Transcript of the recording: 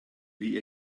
wie